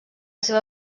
seva